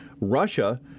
Russia